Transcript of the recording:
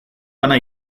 bana